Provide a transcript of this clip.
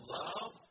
love